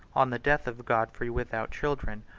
on the death of godfrey without children,